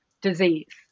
disease